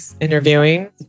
interviewing